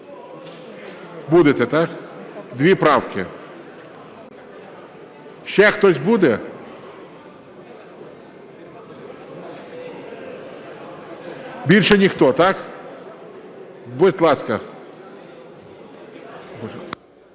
Будете, так. Дві правки. Ще хтось буде? Більше ніхто, так? Будь ласка.